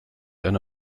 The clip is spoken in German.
eine